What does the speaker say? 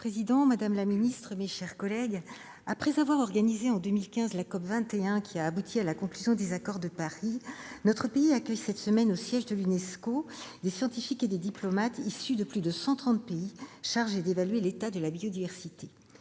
Monsieur le président, madame la secrétaire d'État, mes chers collègues, après avoir organisé, en 2015, la COP21, qui a abouti à la conclusion des accords de Paris, notre pays accueille cette semaine, au siège de l'Unesco, des scientifiques et des diplomates issus de plus de cent trente pays chargés d'évaluer l'état de la biodiversité.